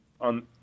on